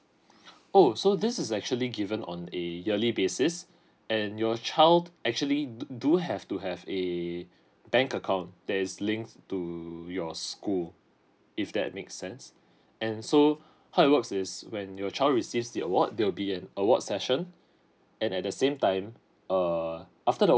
oh so this is actually given on a yearly basis and your child actually do do have to have a bank account there is links to your school if that makes sense and so how it works is when your child receives the award there will be an award session and at the same time err after the